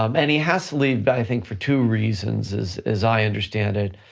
um and he has to leave, but i think for two reasons, as as i understand it,